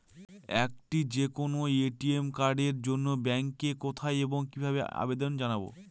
একটি যে কোনো এ.টি.এম কার্ডের জন্য ব্যাংকে কোথায় এবং কিভাবে আবেদন জানাব?